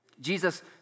Jesus